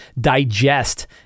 digest